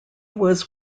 was